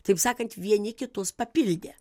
taip sakant vieni kitus papildė